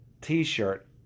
T-shirt